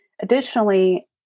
Additionally